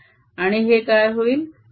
आणि हे काय होईल